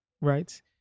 right